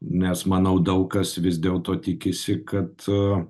nes manau daug kas vis dėlto tikisi kad